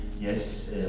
yes